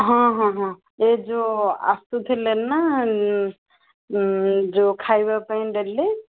ହଁ ହଁ ହଁ ଏ ଯେଉଁ ଆସୁଥିଲେ ନା ଯେଉଁ ଖାଇବା ପାଇଁ ଡେଲି